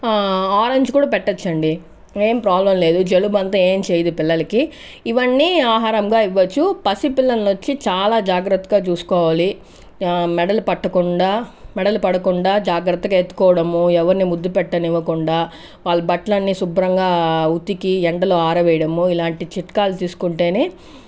orange కూడా పెట్టచ్చండి ఏం ప్రాబ్లం లేదు జలుబంతా ఏమి చేయుదు పిల్లలకి ఇవన్నీ ఆహారంగా ఇవ్వచ్చు పసిపిల్లల్ని వచ్చి చాలా జాగ్రత్తగా చూసుకోవాలి మెడలు పట్టకుండా మెడలు పడకుండా జాగ్రత్తగా ఎత్తుకోవడం ఎవర్ని ముద్దు పెట్టనివ్వకుండా వాళ్ళ బట్టలన్నీ శుభ్రంగా ఉతికి ఎండలో ఆరవేయడం ఇలాంటి చిట్కాలు తీసుకుంటేనే